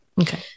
Okay